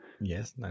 Yes